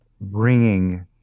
bringing